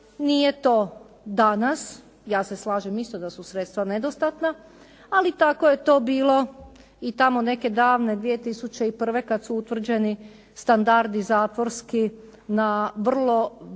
nije to danas, ja se slažem isto da su sredstva nedostatna ali tako je to bilo i tamo neke davne 2001. kad su utvrđeni standardi zatvorski na vrlo visokim